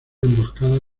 emboscada